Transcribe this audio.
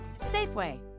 Safeway